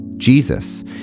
Jesus